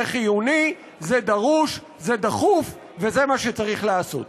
זה חיוני, זה דרוש, זה דחוף וזה מה שצריך לעשות.